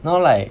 now like